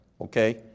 okay